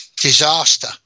disaster